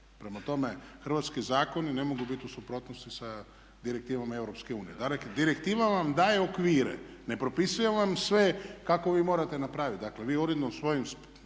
Prema tome, hrvatski zakoni ne mogu biti u suprotnosti sa direktivama EU. Direktiva vam daje okvire ne propisuje vam sve kako vi morate napraviti. Dakle, vi uredno svojim